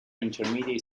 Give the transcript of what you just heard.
intermediate